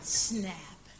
snap